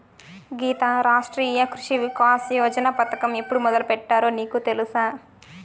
గీతా, రాష్ట్రీయ కృషి వికాస్ యోజన పథకం ఎప్పుడు మొదలుపెట్టారో నీకు తెలుసా